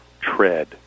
tread